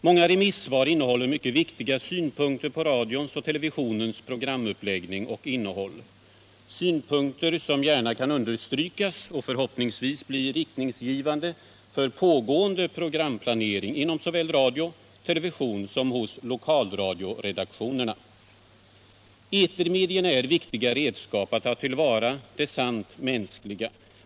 Många remissvar innehåller mycket viktiga synpunkter på radions och televisionens programuppläggning och innehåll — synpunkter som gärna kan understrykas och förhoppningsvis bli riktningsgivande för pågående programplanering såväl inom radio och television som hos lokalradioredaktionerna. Etermedierna är viktiga redskap för att ta till vara det sant mänskliga.